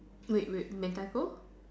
wait wait Mentaiko